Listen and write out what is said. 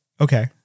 okay